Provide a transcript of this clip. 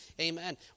Amen